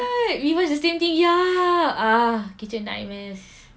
we watch the same thing ya ah kitchen nightmares